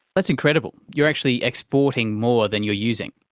that's incredible, you're actually exporting more than you're using.